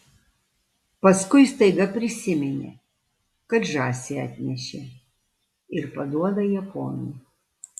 paskui staiga prisiminė kad žąsį atnešė ir paduoda ją ponui